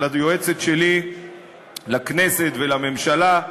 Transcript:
ליועצת שלי לכנסת ולממשלה,